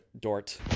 Dort